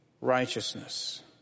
righteousness